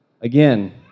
Again